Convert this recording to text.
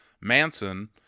Manson